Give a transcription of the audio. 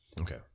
Okay